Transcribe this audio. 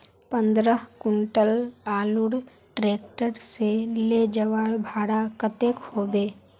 पंद्रह कुंटल आलूर ट्रैक्टर से ले जवार भाड़ा कतेक होबे?